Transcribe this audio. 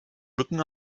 mücken